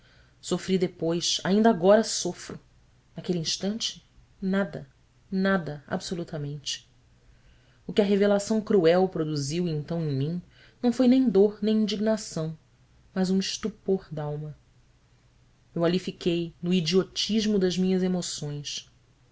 sofri depois ainda agora sofro naquele instante nada nada absolutamente o que a revelação cruel produziu então em mim não foi nem dor nem indignação mas um estupor d'alma eu ali fiquei no idiotismo das minhas emoções